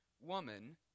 woman